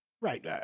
Right